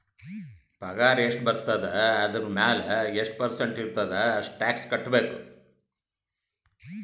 ಪಗಾರ್ ಎಷ್ಟ ಬರ್ತುದ ಅದುರ್ ಮ್ಯಾಲ ಎಷ್ಟ ಪರ್ಸೆಂಟ್ ಇರ್ತುದ್ ಅಷ್ಟ ಟ್ಯಾಕ್ಸ್ ಕಟ್ಬೇಕ್